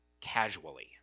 casually